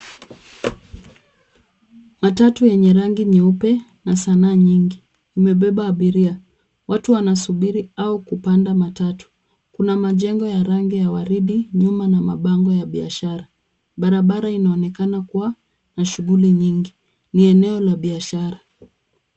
Matatu yenye rangi nyeupe na sanaa nyingi imebeba abiria. Watu wanasubiri au kupanda matatu. Kuna majengo ya rangi ya waridi nyuma na mabango ya biashara. Barabara inaonekana kuwa na shughuli nyingi. Ni eneo la biashara.